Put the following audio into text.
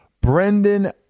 Brendan